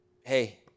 hey